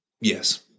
Yes